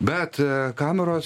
bet kameros